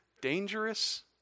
Dangerous